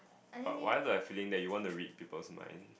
but why do I feeling that you want to read people's mind